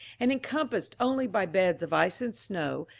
and encompassed only by beds of ice and snow,